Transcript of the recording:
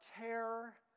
terror